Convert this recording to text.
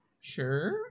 Sure